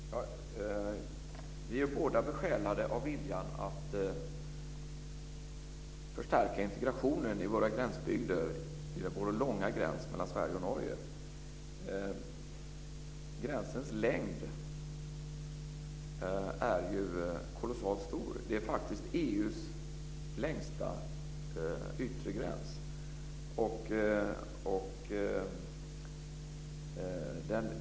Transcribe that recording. Fru talman! Vi är båda besjälade av viljan att förstärka integrationen i våra gränsbygder vid vår långa gräns mellan Sverige och Norge. Gränsens längd är ju kolossal. Det är faktiskt EU:s längsta yttre gräns.